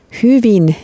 hyvin